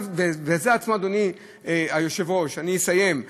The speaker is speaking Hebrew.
אדוני היושב-ראש, אני אסיים.